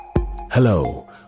hello